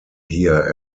here